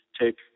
take